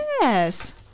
yes